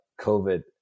COVID